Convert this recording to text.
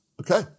okay